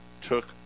took